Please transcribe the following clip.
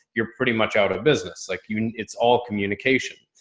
you're pretty much out of business. like you know it's all communication.